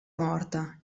morta